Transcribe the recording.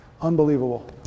unbelievable